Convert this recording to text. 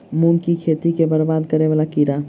मूंग की खेती केँ बरबाद करे वला कीड़ा?